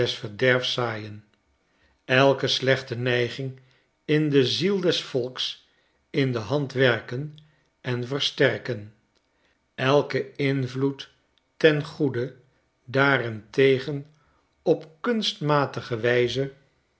verderfs zaaien elke slechte neiging in de ziel des volksinde hand werken en versterken elken invloedten goede daarentegen op kunstmatige wijze